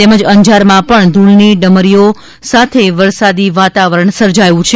તેમજ અંજારમાં પણ ધૂળની ડમરીઓ સાથે વરસાદી વાતાવરણ સર્જાયું છે